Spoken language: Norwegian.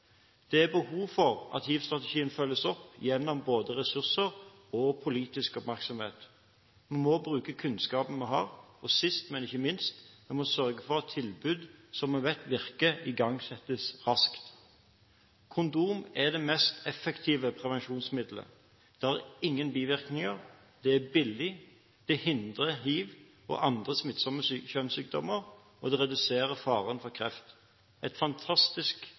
Det er behov for at hivstrategien følges opp gjennom både ressurser og politisk oppmerksomhet. Vi må bruke den kunnskapen vi har, og sist, men ikke minst må vi sørge for at tilbud som vi vet virker, igangsettes raskt. Kondom er det mest effektive prevensjonsmiddelet. Det har ingen bivirkninger, det er billig, det hindrer hiv og andre smittsomme kjønnssykdommer, og det reduserer faren for kreft – et fantastisk